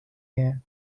here